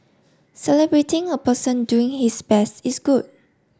celebrating a person doing his best is good